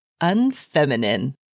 unfeminine